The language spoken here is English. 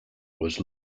was